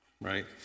right